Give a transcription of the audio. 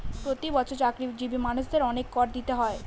প্রতি বছর চাকরিজীবী মানুষদের অনেক কর দিতে হয়